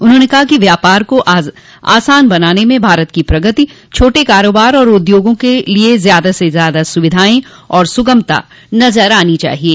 उन्होंने कहा कि व्यापार को आसान बनाने में भारत की प्रगति छोटे कारोबार और उद्योगों के लिये ज्यादा से ज्यादा सुविधायें और सुगमता नजर आनी चाहिये